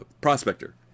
prospector